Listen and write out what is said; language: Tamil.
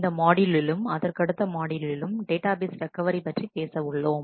இந்த மாட்யூலிலும் அதற்கடுத்த மாட்யூலிலும் டேட்டாபேஸ் ரெக்கவரி பற்றி பேச உள்ளோம்